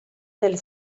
del